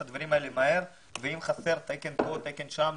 הדברים האלה מהר ואם חסר תקן פה או שם,